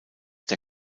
der